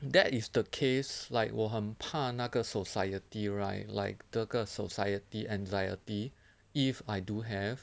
that is the case like 我很怕那个 society right like 个个 society anxiety if I do have